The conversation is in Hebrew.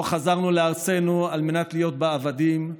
לא חזרנו לארצנו על מנת להיות בה עבדים.